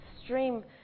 extreme